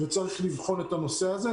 וצריך לבחון את הנושא הזה.